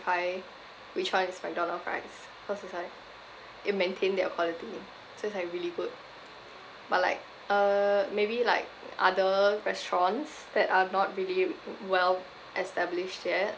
which one is McDonald's fries cause it's like it maintain their quality so it's like really good but like uh maybe like other restaurants that are not really well established yet